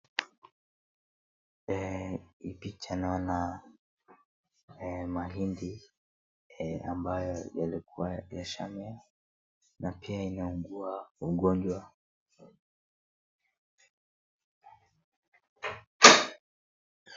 Eeeh, hii picha naona eeeh mahindi, eeeh, ambayo yalikuwa yashamea na pia inaugua ugonjwa.